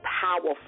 powerful